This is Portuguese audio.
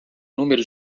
número